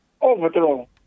overthrow